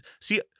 See